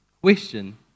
question